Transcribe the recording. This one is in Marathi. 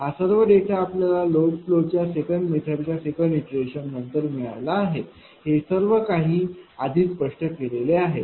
हा सर्व डेटा आपल्याला लोड फ्लो च्या 2 मेथड च्या 2 इटरेशन नंतर मिळाला आहे हे सर्व काही आधीच स्पष्ट केलेले आहे